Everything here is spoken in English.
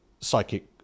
psychic